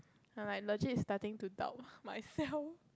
alright legit starting to doubt myself